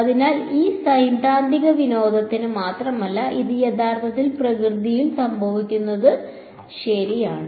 അതിനാൽ ഇത് സൈദ്ധാന്തിക വിനോദത്തിന് മാത്രമല്ല ഇത് യഥാർത്ഥത്തിൽ പ്രകൃതിയിൽ സംഭവിക്കുന്നത് ശരിയാണ്